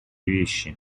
вещи